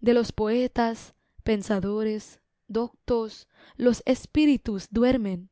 de los poetas pensadores doctos los espíritus duermen